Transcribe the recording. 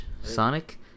Sonic